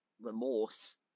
remorse